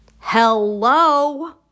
Hello